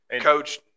Coach